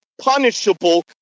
punishable